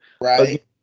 Right